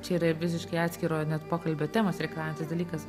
čia yra ir visiškai atskiro net pokalbio temos reikalaujantis dalykas